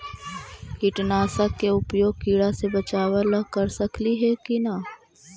कीटनाशक के उपयोग किड़ा से बचाव ल कर सकली हे की न?